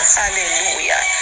hallelujah